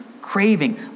craving